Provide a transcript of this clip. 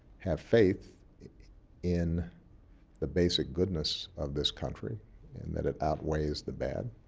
have faith in the basic goodness of this country and that it outweighs the bad.